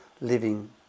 living